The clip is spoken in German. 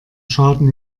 schaden